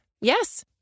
Yes